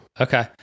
Okay